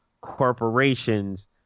corporations